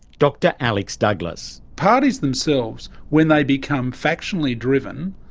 dr alex douglas. parties themselves when they become factionally driven,